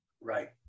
Right